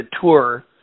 tour